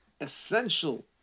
essential